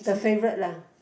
the favourite lah